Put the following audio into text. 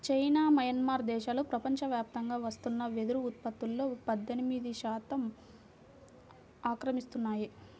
China, Myanmar దేశాలు ప్రపంచవ్యాప్తంగా వస్తున్న వెదురు ఉత్పత్తులో పద్దెనిమిది శాతం ఆక్రమిస్తున్నాయి